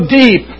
deep